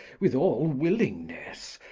with all willingness,